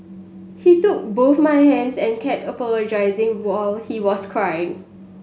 he took both my hands and kept apologising while he was crying